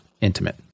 intimate